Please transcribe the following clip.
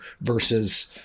versus